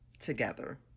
together